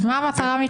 מבחינתך מה המטרה?